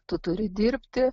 tu turi dirbti